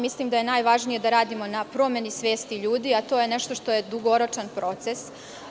Mislim da je najvažnije da radimo na promeni svesti ljudi, a to je nešto što je dugoročan proces.